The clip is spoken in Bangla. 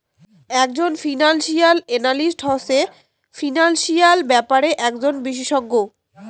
একজন ফিনান্সিয়াল এনালিস্ট হসে ফিনান্সিয়াল ব্যাপারে একজন বিশষজ্ঞ